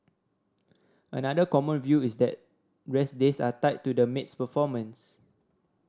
another common view is that rest days are tied to the maid's performance